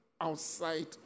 outside